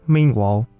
Meanwhile